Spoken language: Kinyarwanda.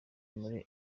muri